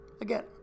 Again